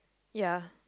ya